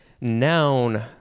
Noun